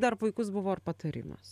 dar puikus buvo ir patarimas